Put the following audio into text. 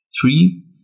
Three